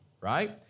right